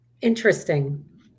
Interesting